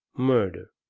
murder!